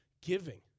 giving